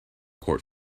court